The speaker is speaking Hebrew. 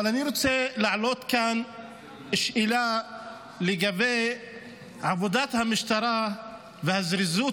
אבל אני רוצה להעלות כאן שאלה לגבי עבודת המשטרה והזריזות